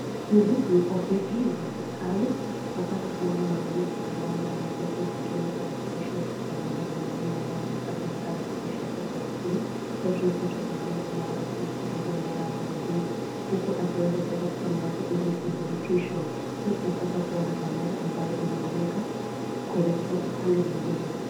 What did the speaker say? Hivi ni ofisi za serikali tunapata kumwona mwanamke ambaye ameketi na kutumia tarakilishi harafu pamoja na mwanaume ambaye anatazama tarakilishi yake kwa umakini. Leo tunapaswa kumuona kinara wa chama cha ODM Raila Amollo Odinga huku akiweza kuweka mikono yake ili kudhibitishwa. Pia tunapata kuona kamera ambayo inamulika kuelekea upande mwingine.